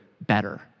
better